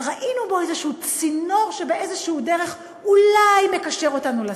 אבל ראינו בו איזשהו צינור שבאיזושהי דרך אולי מקשר אותנו לשר.